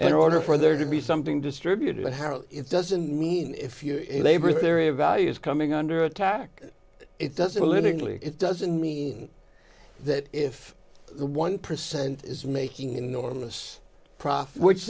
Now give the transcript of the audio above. in order for there to be something distributed harold it doesn't mean if you're a labor theory of value is coming under attack it doesn't literally it doesn't mean that if the one percent is making enormous profit which